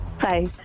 Bye